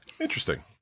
Interesting